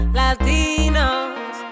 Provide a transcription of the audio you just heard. latinos